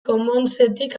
commonsetik